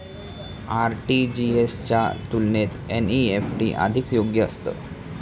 RTGS च्या तुलनेत NEFT अधिक योग्य असतं